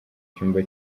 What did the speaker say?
cyumba